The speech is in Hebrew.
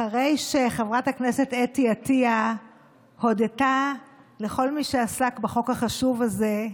אחרי שחברת הכנסת אתי עטייה הודתה לכל מי שעסק בחוק החשוב הזה,